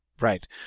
Right